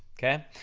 okay,